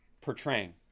portraying